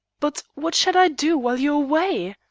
but what shall i do while you are away?